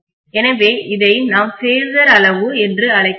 எனவே இதை நாம் பேஸர் அளவு என்று அழைக்கிறோம்